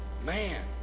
Man